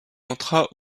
entra